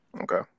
Okay